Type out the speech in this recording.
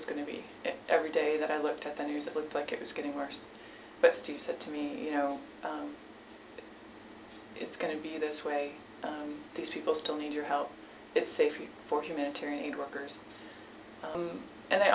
was going to be every day that i looked at the news it looked like it was getting worse but steve said to me you know it's going to be this way these people still need your help it's safe for humanitarian aid workers and they